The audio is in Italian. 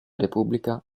repubblica